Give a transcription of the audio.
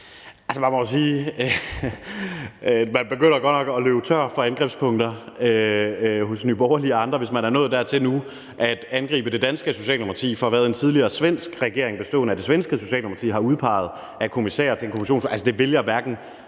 Kasper Sand Kjær (S): Man begynder jo godt nok at løbe tør for angrebspunkter hos Nye Borgerlige og andre, hvis man nu er nået dertil, at man angriber det danske socialdemokrati for, hvem en tidligere svensk regering bestående af det svenske socialdemokrati har udpeget af kommissærer til en kommission.